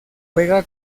juega